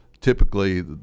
typically